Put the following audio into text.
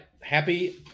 happy